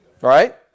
Right